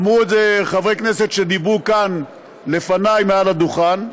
אמרו את זה חברי כנסת שדיברו כאן לפני מעל הדוכן,